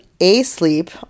asleep